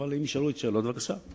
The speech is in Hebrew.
אם יישאלו עוד שאלות, בבקשה.